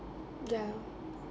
ya